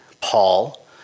Paul